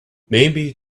maybe